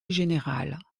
générale